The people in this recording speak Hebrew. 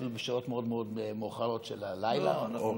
אפילו בשעות מאוד מאוד מאוחרות של הלילה או באשמורת,